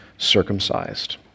circumcised